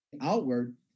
outward